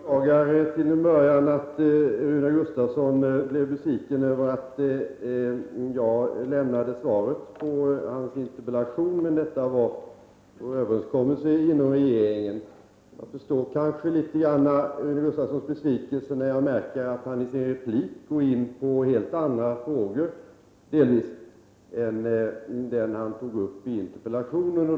Herr talman! Jag beklagar till en början att Rune Gustavsson blev besviken över att jag lämnade svaret på hans interpellation, men detta var vår överenskommelse inom regeringen. Jag förstod kanske litet grand Rune Gustavssons besvikelse när jag märkte att han i sin replik gick in på delvis helt andra frågor än den som han tog upp i interpellationen.